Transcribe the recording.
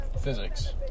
physics